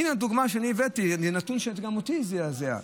הינה, הדוגמה שאני הבאתי, וזה נתון שגם אותי זעזע.